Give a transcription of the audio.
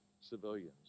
civilians